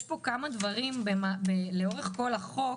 יש פה כמה דברים לאורך כל החוק